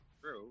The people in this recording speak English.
true